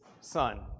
son